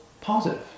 positive